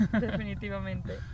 definitivamente